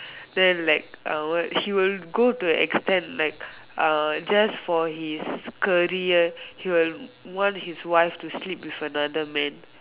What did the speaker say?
then like uh what she will go to the extent like ah just for his career he will want his wife to sleep with another man